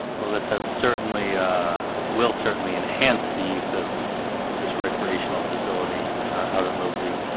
well, this has certainly will certainly enhance the use of this recreational facility out of load v